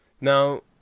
Now